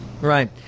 right